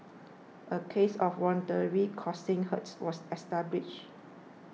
a case of voluntarily causing hurts was established